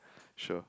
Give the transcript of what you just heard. sure